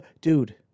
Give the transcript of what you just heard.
dude